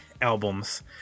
albums